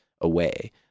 away